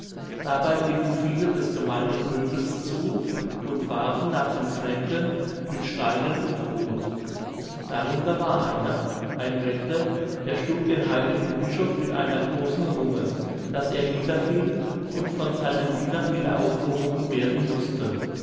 dabei liefen viele des gemeinen pöbels zu und warfen nach den fremden mit steinen und koth darunter war einer ein wende der schlug den heiligen bischof mit einer großen runge daß er niederfiel und von seinen dienern wieder aufgehoben werden mußte